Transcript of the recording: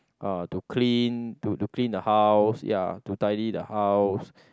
uh to clean to clean the house ya to tidy the house